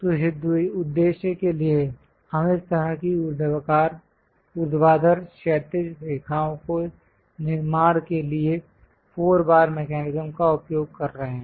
तो इस उद्देश्य के लिए हम इस तरह की ऊर्ध्वाधर क्षैतिज रेखाओं के निर्माण के लिए फोर बार मेकैनिज्म का उपयोग कर रहे हैं